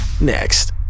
Next